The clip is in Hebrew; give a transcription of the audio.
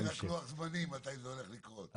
אין לי רק לוח זמנים מתי זה הולך לקרות.